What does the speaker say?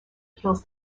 kills